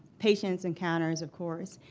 patients encounters, of course.